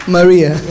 Maria